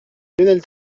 lionel